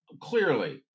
clearly